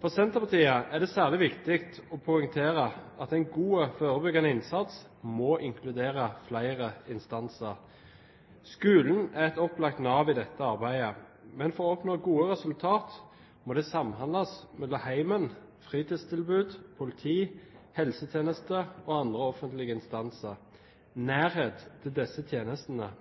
For Senterpartiet er det særlig viktig å poengtere at en god forebyggende innsats må inkludere flere instanser. Skolen er et opplagt nav i dette arbeidet, men for å oppnå gode resultater må det samhandles mellom hjemmet, fritidstilbud, politiet, helsetjenesten og andre offentlige instanser. Nærhet til disse tjenestene